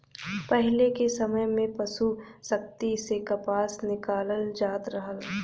पहिले के समय में पसु शक्ति से कपास निकालल जात रहल